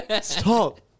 Stop